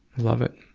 love it.